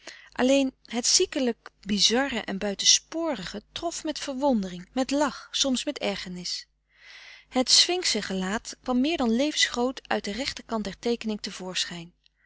alleen het ziekelijk bizarre en buitensporige trof met verwondering met lach soms met ergernis het sphinxen gelaat kwam meer dan levensgroot uit den rechterkant der teekening